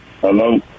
Hello